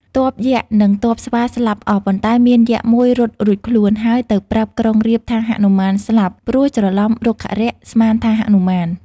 ទ័ពយក្សនិង ទ័ពស្វាស្លាប់អស់ ប៉ុន្តែមានយក្សមួយរត់រួចខ្លួន ហើយទៅប្រាប់ក្រុងរាពណ៍ថាហនុមានស្លាប់ ព្រោះច្រឡំរុក្ខរក្ស ស្មានថាហនុមាន។